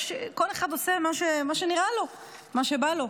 כל אחד עושה מה שנראה לו, מה שבא לו.